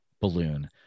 balloon